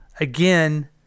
again